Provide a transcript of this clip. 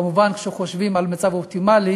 כמובן, כשחושבים על המצב האופטימלי